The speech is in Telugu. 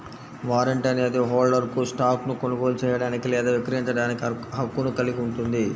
వారెంట్ అనేది హోల్డర్కు స్టాక్ను కొనుగోలు చేయడానికి లేదా విక్రయించడానికి హక్కును కలిగి ఉంటుంది